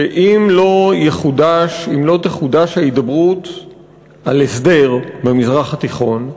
שאם לא תחודש ההידברות על הסדר במזרח התיכון,